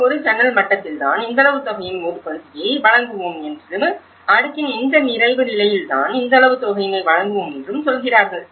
இந்த ஒரு சன்னல் மட்டத்தில் தான் இந்தளவு தொகையின் ஒரு பகுதியை வழங்குவோம் என்றும் அடுக்கின் இந்த நிறைவு நிலையில் தான் இந்தளவு தொகையினை வழங்குவோம் என்றும் சொல்கிறார்கள்